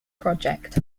project